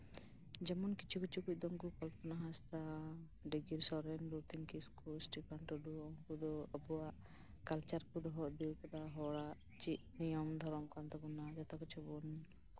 ᱡᱮᱢᱚᱱ ᱠᱤᱪᱷᱩ ᱠᱤᱪᱷᱩ ᱠᱚᱫᱚᱢ ᱫᱚ ᱠᱚᱞᱯᱚᱱᱟ ᱦᱟᱸᱥᱫᱟ ᱰᱤᱜᱤᱨ ᱥᱚᱨᱮᱱ ᱨᱚᱛᱷᱤᱱ ᱠᱤᱥᱠᱩ ᱟᱵᱚᱣᱟᱜ ᱠᱟᱞᱪᱟᱨ ᱠᱚ ᱫᱚᱦᱚ ᱟᱹᱜᱩ ᱠᱟᱫᱟ ᱦᱚᱲᱟᱜ ᱪᱮᱫ ᱱᱤᱭᱚᱱᱢ ᱫᱷᱚᱨᱚᱢ ᱠᱟᱱ ᱛᱟᱵᱳᱱᱟ ᱡᱚᱛᱚ ᱠᱤᱪᱷᱩ ᱵᱚᱱ